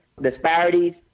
disparities